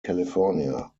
california